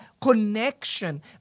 connection